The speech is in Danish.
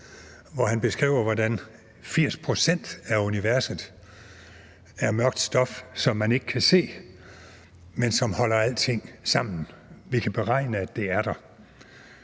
hvor han beskriver, hvordan 80 pct. af universet er mørkt stof, som man ikke kan se, men som holder alting sammen. Vi kan beregne, at det er der.